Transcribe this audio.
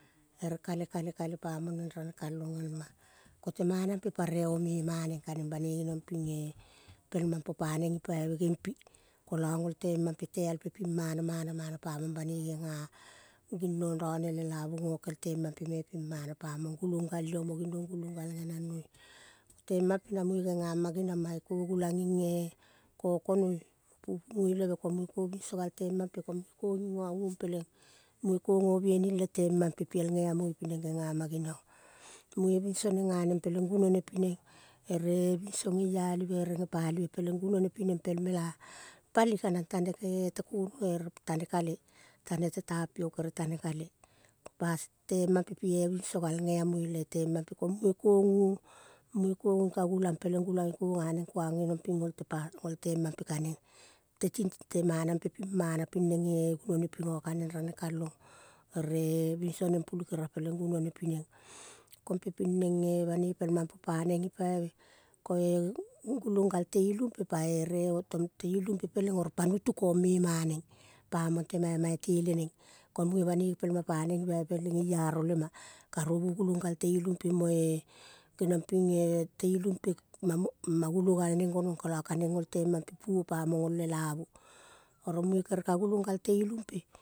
Ere kale, kale, kale, kale, pa mong neng rane kal long elma. Ko te mana pe pa reo memaneng kaneng banoi geniong ping eh. Pel mam popa neng gipaive gempi kol gol tema pe, teal ping mana, mana mana pamong panoi eh. genga ginong rane lelavu ginong gokel tema pe pamong gokel tema pe pamong gulong gal iyo mo ginong gulang gal genong genang noi, tema pe na muge genga ma geniong mange ko gulang ging eh. Kokonoi pupumoile ko muge ko muge ko bingo gal temam pe ko muge ko ging guonggong peleng muge ko go binaning le temam peal feamoi pineng genga ma geniong ah. Muge binso nenga neng peleng gunone pineng are binso geialive ere te konoge ere tane kale, tane te tapiok, tane te tapiok, tane kale. Tema pe pi binso ga; geomoi le tema pe gomuge ko guong mugo ke gika gulang peleng gulang geko ganeng kuang geniong ping gol te mam pe kaneng. Temana pe ping mana ping neng eh gunone pi gong kaneng rane kalong ere binso neng pulul keria peleng gunone pineng, kom pe ping neng eh. Banoi pel mam pe paneng, gipaive, koe gugogal te ilu pe pa-e. Reo, tong te ilu pe peleng oro pa nutu kong mema neng pamong tema ai itele neng, ko muge banoi pel ma pa neng gipaive peleng geiaro lemmah. Karovuy gulung gal te ilu pe moe, geniong ping eh, te ilum pe magulo gal neng gonong kolo kaneng gol temam pe buo pamong gol lelavu. Oro munge kere ka gulong gal leilumpe.